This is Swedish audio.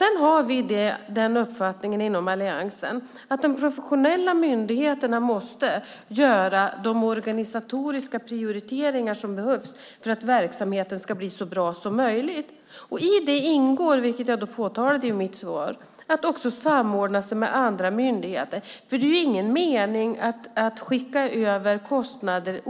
Inom alliansen har vi uppfattningen att de professionella myndigheterna måste göra de organisatoriska prioriteringar som behövs för att verksamheten ska bli så bra som möjligt. I det ingår, som jag påpekade i svaret, att också samordna sig med andra myndigheter. Det är ju ingen mening att i onödan skicka över kostnader